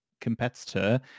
competitor